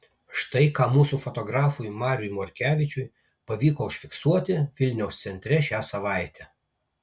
štai ką mūsų fotografui mariui morkevičiui pavyko užfiksuoti vilniaus centre šią savaitę